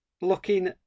looking